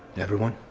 everyone